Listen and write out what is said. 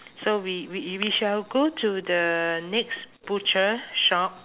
so we we we shall go to the next butcher shop